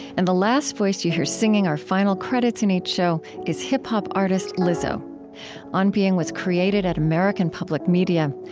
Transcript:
and the last voice you hear singing our final credits in each show is hip-hop artist lizzo on being was created at american public media.